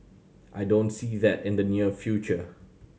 I don't see that in the near future